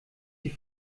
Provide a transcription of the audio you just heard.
die